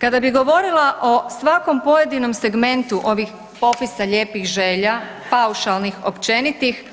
Kada bi govorila o svakom pojedinom segmentu ovih popisa lijepih želja, paušalnih općenitih